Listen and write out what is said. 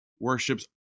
worships